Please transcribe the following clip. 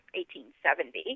1870